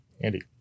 Andy